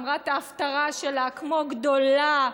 אמרה את ההפטרה שלה כמו גדולה,